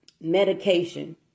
medication